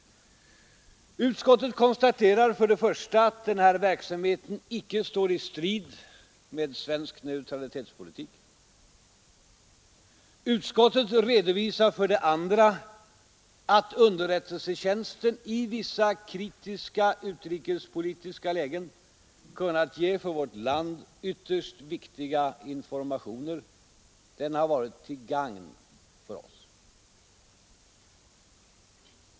Utskottet konstaterar för det första att den här verksamheten icke står i strid med svensk neutralitetspolitik. Utskottet redovisar för det andra att underrättelsetjänsten i vissa kritiska utrikespolitiska lägen kunnat ge för vårt land ytterst viktiga informationer. Den har varit till gagn för oss.